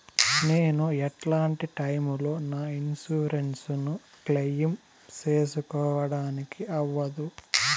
నేను ఎట్లాంటి టైములో నా ఇన్సూరెన్సు ను క్లెయిమ్ సేసుకోవడానికి అవ్వదు?